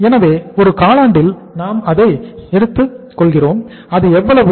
எனவே ஒரு காலாண்டில் நாம் அதை எடுத்துக் கொள்கிறோம் அது எவ்வளவு